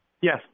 Yes